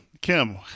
Kim